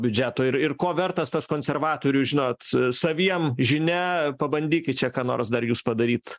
biudžeto ir ir ko vertas tas konservatorių žinot saviem žinia pabandykit čia ką nors dar jūs padaryt